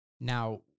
Now